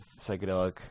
psychedelic